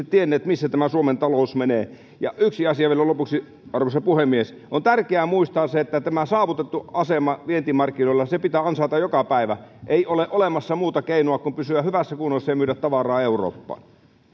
tienneet missä tämä suomen talous menee ja yksi asia vielä lopuksi arvoisa puhemies on tärkeää muistaa se että tämä saavutettu asema vientimarkkinoilla pitää ansaita joka päivä ei ole olemassa muuta keinoa kuin pysyä hyvässä kunnossa ja myydä tavaraa eurooppaan